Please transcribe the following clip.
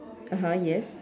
(uh huh) yes